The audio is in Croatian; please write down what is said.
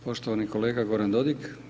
Poštovani kolega Goran Dodig.